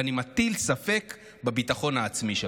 ואני מטיל ספק בביטחון העצמי שלך".